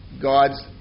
God's